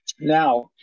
Now